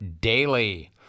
daily